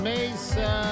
Mesa